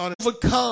overcome